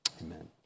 Amen